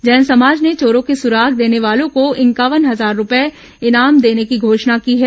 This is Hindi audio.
जैन समाज ने चोरों के सुराग देने वालों को इंक्यावन हजार रूपर्य इनाम देने की घोषणा की है